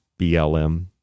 BLM